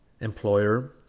employer